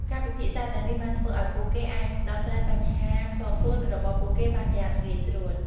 ការពិភាក្សាទាំងនេះបានធ្វើឱ្យពួកគេអាចដោះស្រាយបញ្ហាផ្ទាល់ខ្លួនរបស់ពួកគេបានយ៉ាងងាយស្រួល។